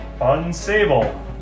Unstable